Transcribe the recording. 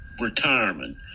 retirement